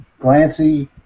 Glancy